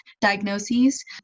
diagnoses